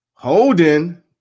Holding